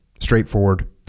straightforward